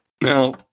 Now